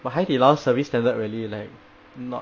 but 海底捞 service standard really like not